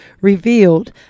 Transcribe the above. revealed